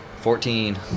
Fourteen